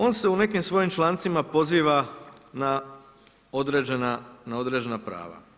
On se u nekim svojim člancima poziva na određena prava.